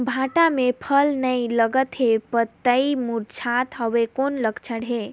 भांटा मे फल नी लागत हे पतई मुरझात हवय कौन लक्षण हे?